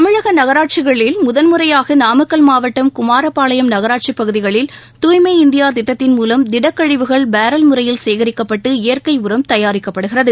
தமிழக நகராட்சிகளில் முதன் முறையாக நாமக்கல் மாவட்டம் குமாரபாளையம் நகராட்சிப் பகுதிகளில் தூய்மை இந்தியா திட்டத்தின் மூவம் திடக்கழிவுகள் பேரல் முறையில் சேகரிக்கப்பட்டு இயற்கை உரம் தயாரிக்கப்படுகிறது